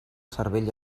cervell